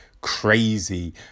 crazy